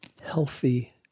healthy